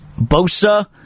Bosa